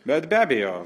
bet be abejo